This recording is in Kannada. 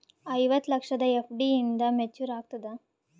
ಐವತ್ತು ಲಕ್ಷದ ಎಫ್.ಡಿ ಎಂದ ಮೇಚುರ್ ಆಗತದ?